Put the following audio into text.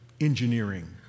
engineering